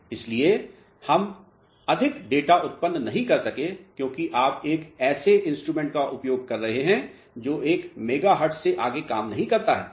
इसलिए इसीलिए हम अधिक डेटा उत्पन्न नहीं कर सके क्योंकि आप एक ऐसे इंस्ट्रूमेंट का उपयोग कर रहे हैं जो एक मेगाहर्ट्ज़ से आगे काम नहीं करता है